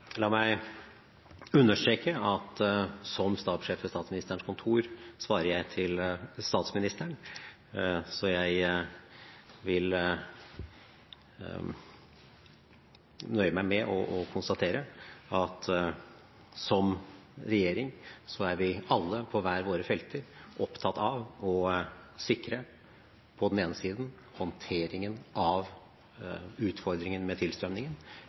La meg understreke at som stabssjef ved Statsministerens kontor svarer jeg til statsministeren, så jeg vil nøye meg med å konstatere at som regjering er vi alle på hvert vår felt opptatt av å sikre på den ene side håndteringen av utfordringen med tilstrømningen,